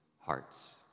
hearts